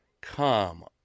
Come